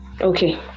Okay